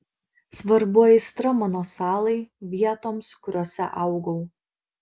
svarbu aistra mano salai vietoms kuriose augau